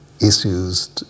issues